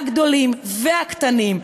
הגדולים והקטנים,